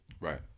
Right